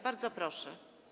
Bardzo proszę.